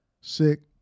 sick